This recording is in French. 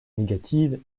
négative